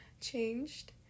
changed